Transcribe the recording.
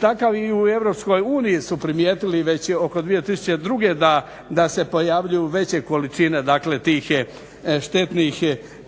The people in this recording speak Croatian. takav, i u Europskoj uniji su primijetili već i oko 2002. da se pojavljuju veće količine tih štetnih tvari